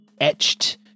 etched